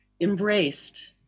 embraced